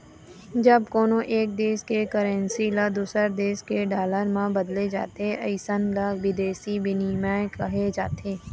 जब कोनो एक देस के करेंसी ल दूसर देस के डॉलर म बदले जाथे अइसन ल बिदेसी बिनिमय कहे जाथे